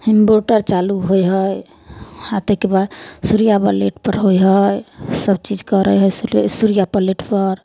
inverter चालू होइ है आ ताहिके बाद सूर्य प्लेट पर रहै है सबचीज करै है सूर्य प्लेट पर